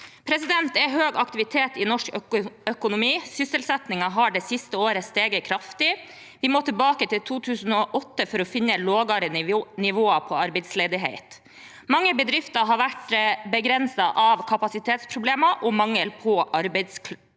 Det er høy aktivitet i norsk økonomi, og sysselsettingen har det siste året steget kraftig. Vi må tilbake til 2008 for å finne et lavere nivå på arbeidsledighet. Mange bedrifter har vært begrenset av kapasitetsproblemer og mangel på arbeidskraft